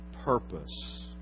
Purpose